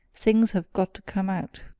things have got to come out.